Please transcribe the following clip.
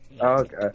Okay